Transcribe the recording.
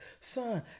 son